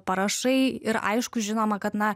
parašai ir aišku žinoma kad na